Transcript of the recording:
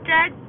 Dad